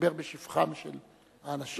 דיבר בשבחם של האנשים.